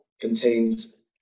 contains